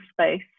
space